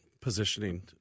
positioning